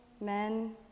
men